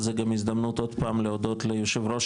זו גם הזדמנות עוד פעם להודות ליושב ראש